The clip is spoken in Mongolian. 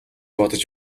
бодож